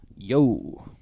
Yo